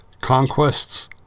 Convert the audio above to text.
Conquests